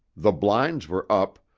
the blinds were up,